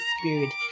Spirit